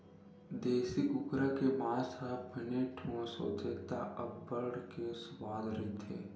देसी कुकरा के मांस ह बने ठोस होथे त अब्बड़ के सुवाद रहिथे